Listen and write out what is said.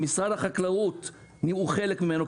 שמשרד החקלאות הוא חלק ממנו,